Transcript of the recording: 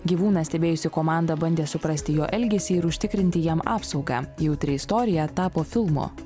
gyvūną stebėjusi komanda bandė suprasti jo elgesį ir užtikrinti jam apsaugą jautri istorija tapo filmu